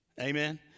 Amen